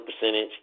percentage